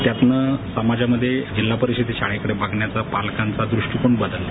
त्यातून समाजामध्ये जिल्हापरिषदेच्या शाळेकडे बघण्याचा पालकांचा दृष्टीकोन बदलला